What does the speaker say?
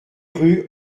rue